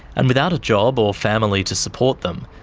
and without a job or family to support them,